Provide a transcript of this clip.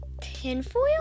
tinfoil